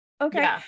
okay